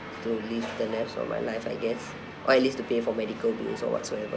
to live the rest of my life I guess or at least to pay for medical bills or whatsoever